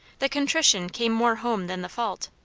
the contrition came more home than the fault.